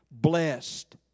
Blessed